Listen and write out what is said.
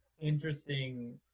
interesting